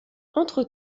entre